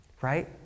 right